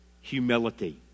humility